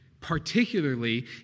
particularly